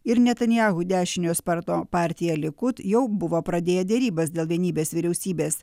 ir netanyahu dešiniojo sparno partija likud jau buvo pradėję derybas dėl vienybės vyriausybės